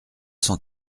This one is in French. cent